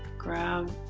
grab.